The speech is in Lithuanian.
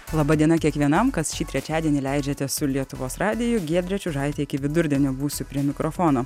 laba diena kiekvienam kas šį trečiadienį leidžiate su lietuvos radiju giedrė čiužaitė iki vidurdienio būsiu prie mikrofono